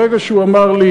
ברגע שהוא אמר לי